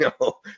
No